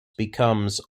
becomes